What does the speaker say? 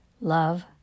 love